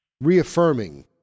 reaffirming